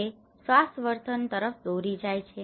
તે સ્વાસ્થ્ય વર્તન તરફ દોરી જાય છે